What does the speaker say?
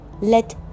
let